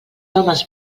homes